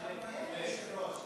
כיושב-ראש.